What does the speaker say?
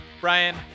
brian